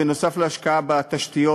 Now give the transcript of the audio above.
נוסף על השקעה בתשתיות,